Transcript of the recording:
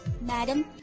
Madam